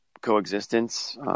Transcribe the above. coexistence